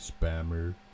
spammer